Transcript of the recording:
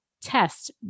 test